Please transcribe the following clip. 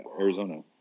Arizona